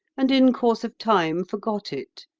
and in course of time forgot it.